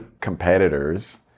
competitors